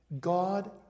God